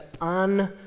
on